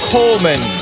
Coleman